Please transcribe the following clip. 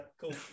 Cool